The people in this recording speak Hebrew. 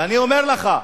ואני אומר לך,